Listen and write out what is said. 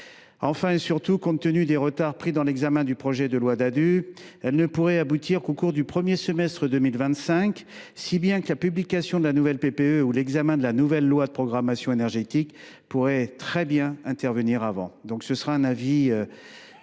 Enfin et surtout, compte tenu des retards pris dans l’examen du projet de loi dit Ddadue, il ne pourrait aboutir qu’au cours du premier semestre 2025, si bien que la publication de la nouvelle PPE ou l’examen de la nouvelle loi de programmation énergétique pourrait très bien intervenir auparavant. La commission